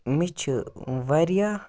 مےٚ چھِ واریاہ